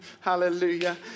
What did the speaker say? hallelujah